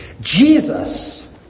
Jesus